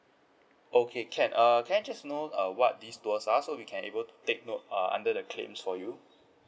okay can uh can I just know uh what this tours are so we can able take note uh under the claims for you